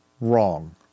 wrong